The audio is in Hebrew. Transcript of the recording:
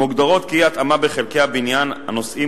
המוגדרת כאי-התאמה בחלקי הבניין הנושאים